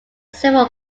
several